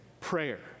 prayer